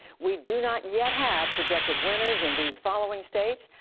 we do not yet have projected winners in these following states,